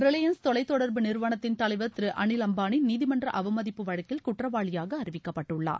Reliance தொலைத்தொடர்பு நிறுவனத்தின் தலைவர் திரு அளில் அம்பானி நீதிமன்ற அவமதிப்பு வழக்கில் குற்றவாளியாக அறிவிக்கப்பட்டுள்ளார்